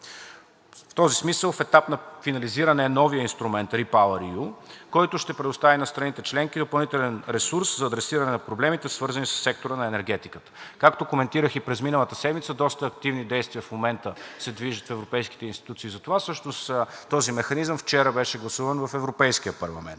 В този смисъл в етап на финализиране е новият инструмент REPowerEU, който ще предостави на страните членки допълнителен ресурс за адресиране на проблемите, свързани със сектора на енергетиката. Както коментирах и през миналата седмица, доста активни действия в момента се движат в европейските институции. Затова всъщност този механизъм вчера беше гласуван в Европейския парламент.